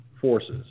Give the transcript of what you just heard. forces